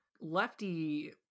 Lefty